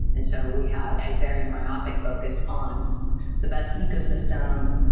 and so we have a very myopic focus on the best ecosystem,